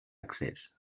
accés